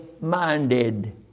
minded